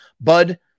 bud